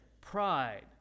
pride